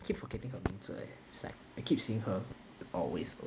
I keep forgetting her 名字 eh it's like I keep seeing her always